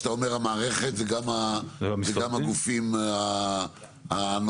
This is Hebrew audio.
כשאתה אומר המערכת גם זה הגופים הנוספים